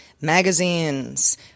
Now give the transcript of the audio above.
magazines